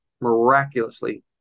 miraculously